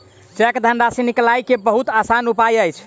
cheque धनराशि निकालय के बहुत आसान उपाय अछि